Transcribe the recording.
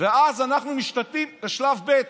ואז אנחנו מגיעים לשלב ב'.